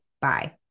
Bye